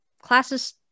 classes